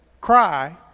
cry